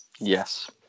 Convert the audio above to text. Yes